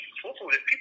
people